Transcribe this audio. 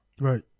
Right